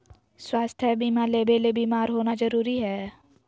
स्वास्थ्य बीमा लेबे ले बीमार होना जरूरी हय?